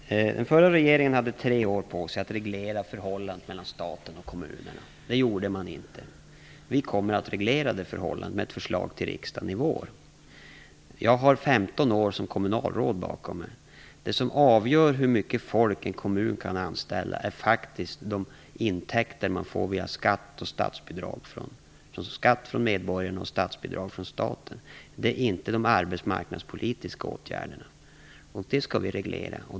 Fru talman! Den förra regeringen hade tre år på sig att reglera förhållandet mellan staten och kommunerna. Det gjorde man inte. Vi kommer att reglera det förhållandet med ett förslag till riksdagen i vår. Jag har 15 år som kommunalråd bakom mig. Det som avgör hur många människor en kommun kan anställa är faktiskt de intäkter den får via skatt och statsbidrag, skatt från medborgarna och statsbidrag från staten. Det är inte de arbetsmarknadspolitiska åtgärderna. Det skall vi reglera.